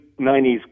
90s